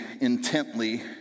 intently